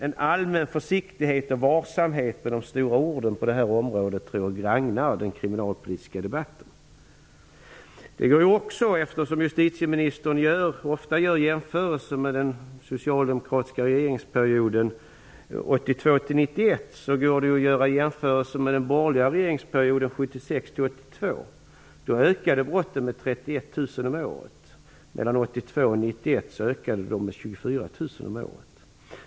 En allmän försiktighet och varsamhet med de stora orden tror jag gagnar den kriminalpolitiska debatten. Justitieministern gör ofta jämförelser med den socialdemokratiska regeringsperioden 1982--1991. Det går att göra jämförelser med den borgerliga regeringsperioden 1976--1982. Då ökade brotten med 31 000 om året, medan de under perioden 1982--1991 ökade med 24 000 om året.